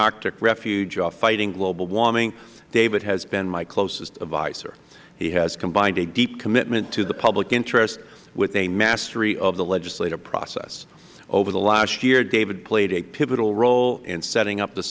arctic refuge or fighting global warming david has been my closest adviser he has combined a deep commitment to the public interest with a mastery of the legislative process over the last year david played a pivotal role in setting up the